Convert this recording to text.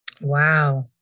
wow